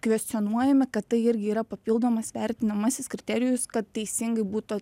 kvestionuojami kad tai irgi yra papildomas vertinamasis kriterijus kad teisingai būtų